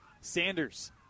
Sanders